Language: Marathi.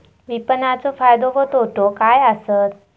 विपणाचो फायदो व तोटो काय आसत?